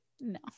no